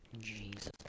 Jesus